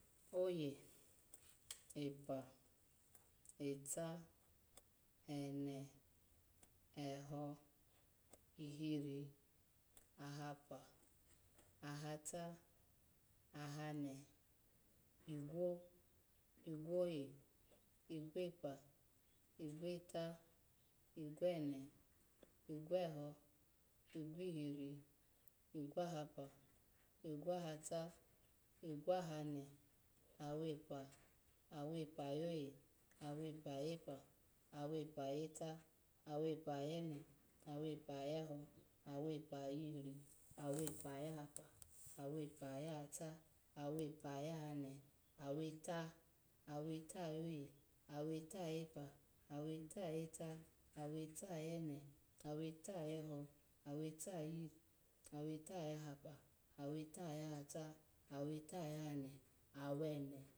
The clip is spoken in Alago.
Oye, epe, eta, ene, eho, ihiri, ahapa, ahata, ahane, igwo, igwo igwo ye, igwope, ogwota, ogwone, igwoeho, igwoihiri. igwo ahape, igwo ahata, igwo ahane, awepe, awepe oyo yo, awepe ayepe, awepe ayeta, awepe aye ne, awepe ayeheho, awepe aye hiri, awepe ayehapa, awepe ayahata, awepe aya hane, aweta, awe ta ayoye, aweta ayepe, aweta ayeta, aweta ayene. aweta ayeho. aweta aye hiri, aweta ayo hapa, aweta, ayahata, aweta ayo hane, awene.